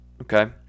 okay